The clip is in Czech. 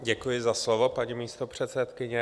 Děkuji za slovo, paní místopředsedkyně.